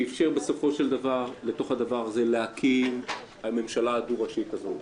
שאיפשר בסופו של דבר להקים את הממשלה הדו-ראשית הזאת,